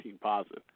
positive